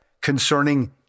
concerning